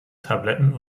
tabletten